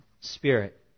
spirit